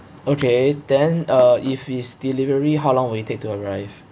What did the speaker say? okay then uh if it's delivery how long will it take to arrive